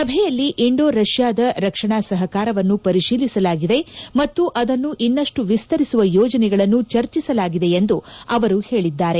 ಸಭೆಯಲ್ಲಿ ಇಂಡೋ ರಷ್ಯಾದ ರಕ್ಷಣಾ ಸಹಕಾರವನ್ನು ಪರಿಶೀಲಿಸಲಾಗಿದೆ ಮತ್ತು ಅದನ್ನು ಇನ್ನಷ್ಟು ವಿಸ್ತರಿಸುವ ಯೋಜನೆಗಳನ್ನು ಚರ್ಚಿಸಲಾಗಿದೆ ಎಂದು ಅವರು ಹೇಳಿದ್ದಾರೆ